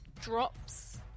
Drops